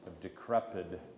decrepit